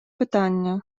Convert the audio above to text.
питання